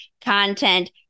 content